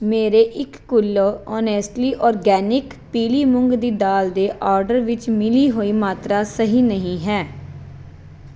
ਮੇਰੇ ਇੱਕ kilo honestly organic ਪੀਲੀ ਮੂੰਗ ਦੀ ਦਾਲ ਦੇ ਆਰਡਰ ਵਿੱਚ ਮਿਲੀ ਹੋਈ ਮਾਤਰਾ ਸਹੀ ਨਹੀਂ ਹੈ